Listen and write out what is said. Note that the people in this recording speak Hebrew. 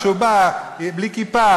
שהוא בא בלי כיפה,